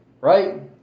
Right